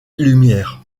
lumières